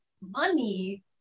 money